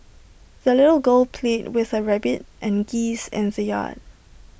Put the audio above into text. the little girl played with her rabbit and geese in the yard